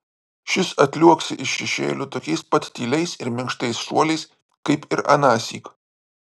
šis atliuoksi iš šešėlių tokiais pat tyliais ir minkštais šuoliais kaip ir anąsyk